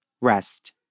rest